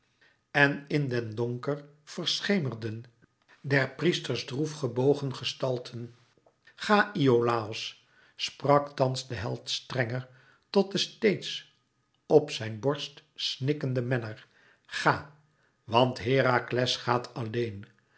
en in den donker verschemerden der priesters droef gebogen gestalten ga iolàos sprak thans de held strenger tot den steeds op zijn borst snikkenden menner ga want herakles gaat alleen